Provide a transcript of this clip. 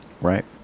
Right